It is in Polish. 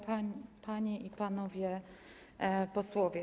Panie i Panowie Posłowie!